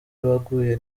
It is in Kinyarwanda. baguye